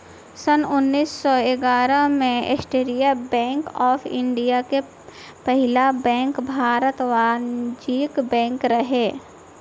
सन्न उन्नीस सौ ग्यारह में सेंट्रल बैंक ऑफ़ इंडिया के पहिला बैंक भारतीय वाणिज्यिक बैंक रहे